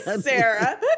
Sarah